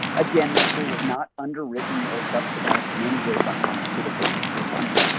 again, this tool is not underwritten or subsidized and anyway by pharmaceutical industry funding.